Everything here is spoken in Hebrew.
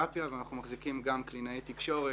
ותראפיה ואנחנו מחזיקים גם קלינאית תקשורת,